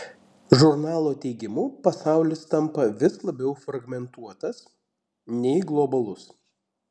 žurnalo teigimu pasaulis tampa vis labiau fragmentuotas nei globalus